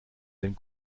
den